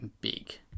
big